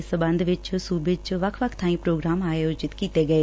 ਇਸ ਸਬੰਧ ਚ ਸੁਬੇ ਚ ਵੱਖ ਵੱਖ ਬਾਈ ਪੋਗਰਾਮ ਆਯੋਜਿਤ ਕੀਤੇ ਗਏ